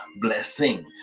blessing